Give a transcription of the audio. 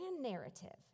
narrative